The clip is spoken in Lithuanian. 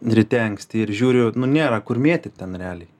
ryte anksti ir žiūriu nu nėra kur mėtyt ten realiai